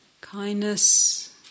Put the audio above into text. kindness